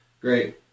Great